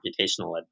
computational